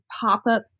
pop-up